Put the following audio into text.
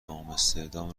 آمستردام